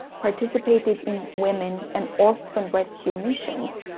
participated in women and orphan rescue missions,